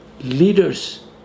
leaders